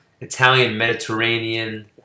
Italian-Mediterranean